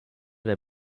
der